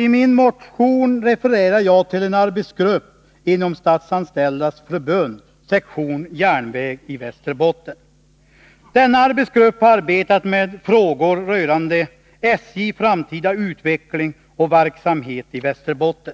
I min motion refererar jag till en arbetsgrupp inom Statsanställdas förbund, sektion järnväg, i Västerbotten. Denna arbetsgrupp har arbetat med frågor rörande ”SJ:s framtida utveckling och verksamhet i Västerbotten”.